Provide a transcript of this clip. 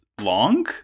long